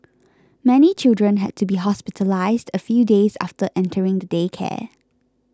many children had to be hospitalised a few days after entering the daycare